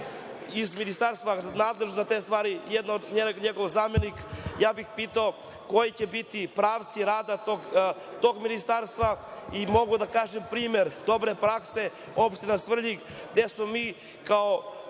iz ministarstva nadležnog za te stvari njegov zamenik. Pitao bih koji će biti pravci rada tog ministarstva? Mogu da kažem primer dobre prakse, opština Svrljig, gde smo mi kao